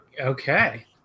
Okay